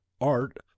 art